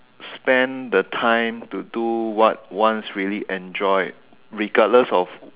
spend the time to do what one really enjoy regardless of